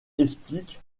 explique